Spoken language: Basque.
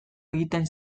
egiten